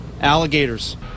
alligators